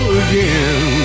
again